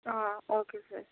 okay sir